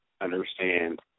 understand